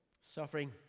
Suffering